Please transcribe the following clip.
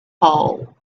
hole